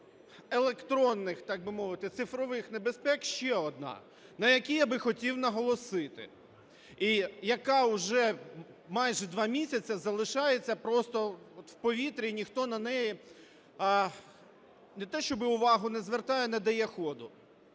є в плані електронних, так би мовити, цифрових небезпек ще одна, на якій я би хотів наголосити. І яка уже майже два місяця залишається просто в повітрі, ніхто на неї не те, щоби увагу не звертає, не дає ходу.